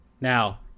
now